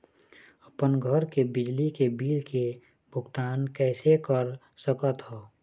अपन घर के बिजली के बिल के भुगतान कैसे कर सकत हव?